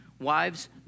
Wives